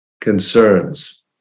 concerns